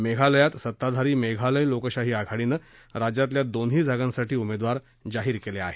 मेघालयात सत्ताधारी मेघालय लोकशाही आघाडीनं राज्यातल्या दोन्ही जागांसाठी उमेदवार जाहीर केले आहेत